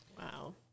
Wow